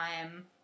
time